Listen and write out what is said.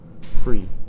free